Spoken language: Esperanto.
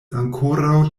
ankoraŭ